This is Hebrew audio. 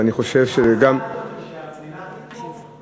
ואני חושב, מה הצעת, אדוני, שהמדינה תתמוך?